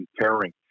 pairing